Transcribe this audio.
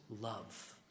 love